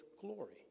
glory